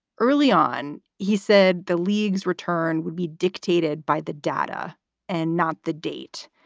early on, he said the league's return would be dictated by the data and not the date.